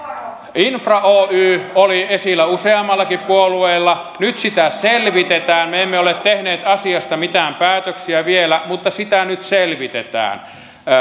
infra oy oli esillä useammallakin puolueella nyt sitä selvitetään me emme ole tehneet asiasta mitään päätöksiä vielä mutta sitä nyt selvitetään